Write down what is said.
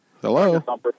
Hello